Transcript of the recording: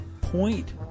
point